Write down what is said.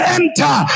enter